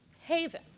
Haven